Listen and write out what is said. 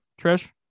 Trish